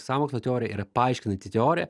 sąmokslo teorija yra paaiškinanti teorija